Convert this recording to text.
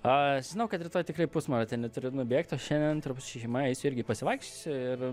a žinau kad rytoj tikrai pusmaratonį turiu nubėgt o šiandien turbūt su šeima eisiu irgi pasivaikščiosiu ir